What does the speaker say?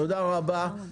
תודה רבה.